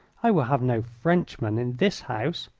i will have no frenchman in this house.